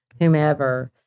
whomever